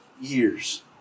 years